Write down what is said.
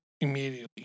immediately